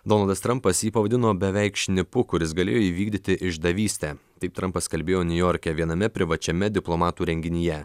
donaldas trampas jį pavadino beveik šnipu kuris galėjo įvykdyti išdavystę taip trampas kalbėjo niujorke viename privačiame diplomatų renginyje